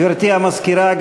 גברתי המזכירה,